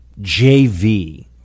JV